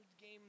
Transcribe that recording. game